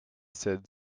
said